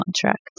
contract